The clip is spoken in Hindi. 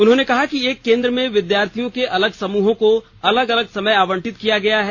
उन्होंने कहा कि एक केन्द्र में विद्यार्थियों के अलग समूहों को अलग अलग समय आवंटित किया गया है